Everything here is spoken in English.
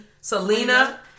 Selena